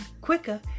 quicker